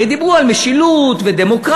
הרי דיברו על משילות ודמוקרטיה,